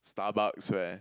Starbucks where